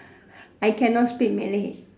I cannot speak Malay